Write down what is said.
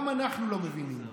גם אנחנו לא מבינים.